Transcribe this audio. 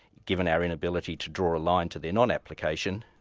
given our inability to draw a line to their non-application,